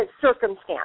circumstance